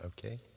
Okay